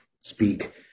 speak